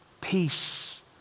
peace